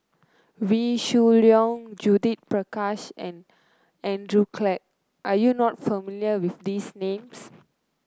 Wee Shoo Leong Judith Prakash and Andrew Clarke are you not familiar with these names